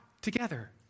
Together